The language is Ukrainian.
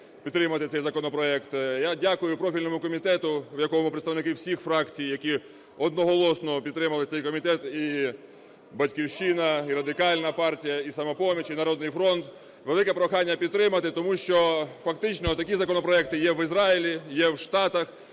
підтримати цей законопроект. Я дякую профільному комітету, в якому представники всіх фракцій, які одноголосно підтримали цей комітет: і "Батьківщина", і Радикальна партія, і "Самопоміч", і "Народний фронт". Велике прохання підтримати, тому що фактично отакі законопроекти є в Ізраїлі, є в Штатах,